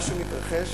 משהו מתרחש.